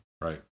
Right